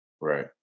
Right